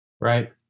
Right